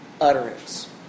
utterance